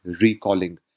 recalling